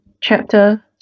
Chapter